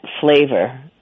flavor